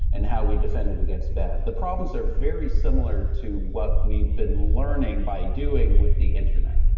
and how we defended against bad. the problems are very similar to what we've been learning by doing with the internet.